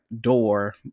door